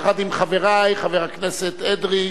יחד עם חברי, חבר הכנסת אדרי,